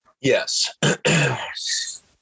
Yes